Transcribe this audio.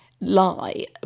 lie